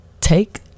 take